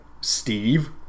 Steve